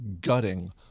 gutting